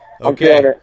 Okay